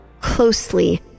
closely